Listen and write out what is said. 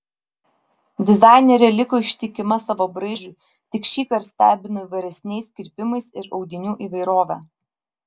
dizainerė liko ištikima savo braižui tik šįkart stebino įvairesniais kirpimais ir audinių įvairove